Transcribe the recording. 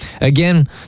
Again